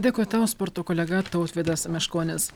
dėkui tau sporto kolega tautvydas meškonis